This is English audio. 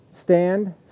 stand